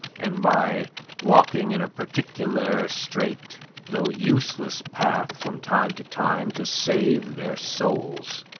and by walking in a particular straight though useless path from time to time, to save their souls.